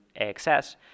axs